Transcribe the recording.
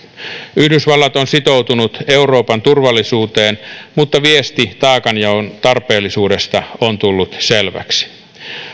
yhdysvallat on sitoutunut euroopan turvallisuuteen mutta viesti taakanjaon tarpeellisuudesta on tullut selväksi